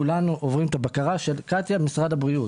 כולנו עוברים את הבקרה של קטיה במשרד הבריאות.